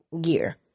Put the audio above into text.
Gear